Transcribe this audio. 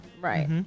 Right